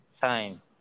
time